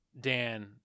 Dan